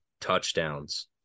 touchdowns